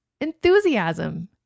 Enthusiasm